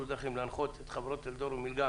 בדרכים להנחות את חברות טלדור ומילגם